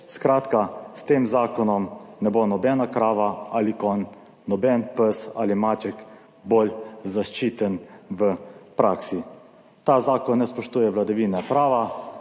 Skratka, s tem zakonom ne bo nobena krava ali konj, noben pes ali maček bolj zaščiten v praksi. Ta zakon ne spoštuje vladavine prava,